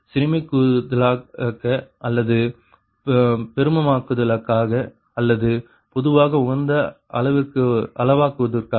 எனவே சிறுமமாக்குதலுக்காக அல்லது பெருமமாக்குதலுக்காக அல்லது பொதுவாக உகந்த அளவாக்குவதற்காக